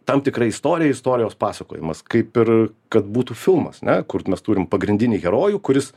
tam tikra istorija istorijos pasakojimas kaip ir kad būtų filmas ne kur mes turim pagrindinį herojų kuris